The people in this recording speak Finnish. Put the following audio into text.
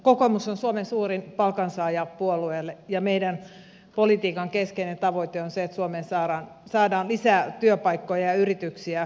kokoomus on suomen suurin palkansaajapuolue ja meidän politiikkamme keskeinen tavoite on se että suomeen saadaan lisää työpaikkoja ja yrityksiä